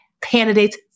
candidates